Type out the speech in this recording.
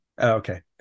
Okay